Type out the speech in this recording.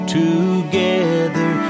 together